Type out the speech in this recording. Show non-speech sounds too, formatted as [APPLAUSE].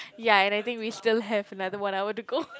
ya and I think we still have another one hour to go [LAUGHS]